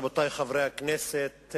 רבותי חברי הכנסת,